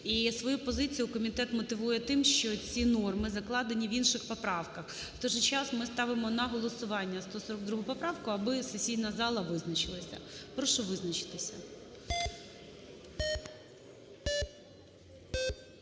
свою позицію комітет мотивує тим, що ці норми закладені в інших поправках. В той же час ми ставимо на голосування 142 поправку, аби сесійна зала визначилася. Прошу визначитися.